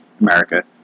America